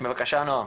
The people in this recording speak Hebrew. בבקשה נועם.